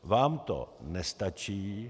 Vám to nestačí.